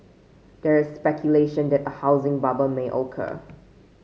there is speculation that a housing bubble may occur